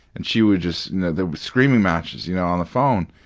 and she would just the screaming matches you know on the phone.